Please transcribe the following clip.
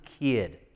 kid